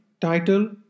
title